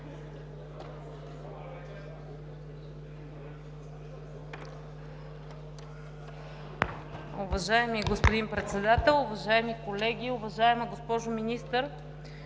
Уважаеми господин Председател, уважаеми колеги, уважаема госпожо Министър!